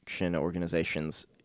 organizations